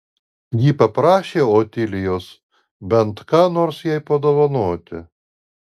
ji paprašė otilijos bent ką nors jai padovanoti